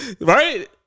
Right